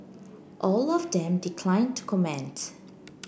all of them declined to comment